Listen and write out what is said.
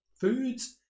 foods